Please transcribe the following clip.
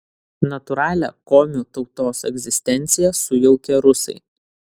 natūralią komių tautos egzistenciją sujaukė rusai